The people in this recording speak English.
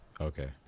Okay